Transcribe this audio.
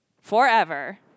forever